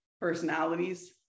personalities